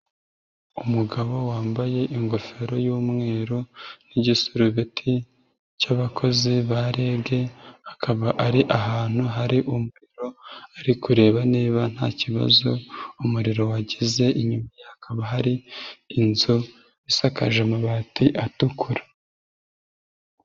Umugabo wambaye ingofero y'umweru n'igisorobeti cy'abakozi ba REG, akaba ari ahantu hari umuriro ari kureba niba nta kibazo umuriro wagize, inyuma hakaba hari inzu isakaje amabati atukura.